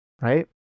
right